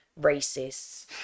racists